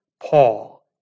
Paul